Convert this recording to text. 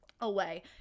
away